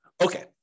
Okay